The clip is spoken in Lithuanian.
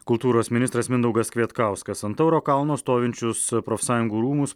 kultūros ministras mindaugas kvietkauskas ant tauro kalno stovinčius profsąjungų rūmus